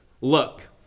Look